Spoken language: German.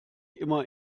immer